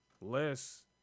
less